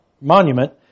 monument